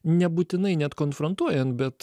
nebūtinai net konfrontuojant bet